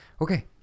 okay